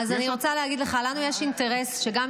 אני רוצה להגיד לך: לנו יש אינטרס שיהיו